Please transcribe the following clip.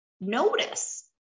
notice